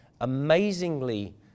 amazingly